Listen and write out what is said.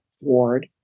ward